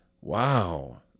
Wow